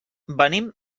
venim